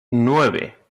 nueve